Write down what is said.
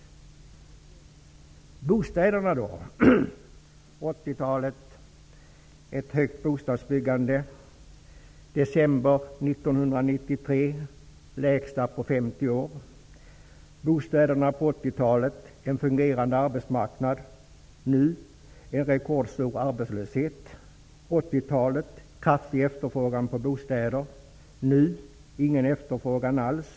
När det gäller bostäderna hade vi ett högt bostadsbyggande på 80-talet. I december 1993 är bostadsbyggandet det lägsta på 50 år. På 80-talet hade vi en fungerande arbetsmarknad på bostadsområdet. Nu har vi en rekordstor arbetslöshet. Vi hade en kraftig efterfrågan på bostäder på 80-talet. Nu har vi ingen efterfrågan alls.